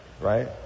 Right